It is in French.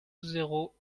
zéro